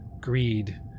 greed